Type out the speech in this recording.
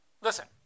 listen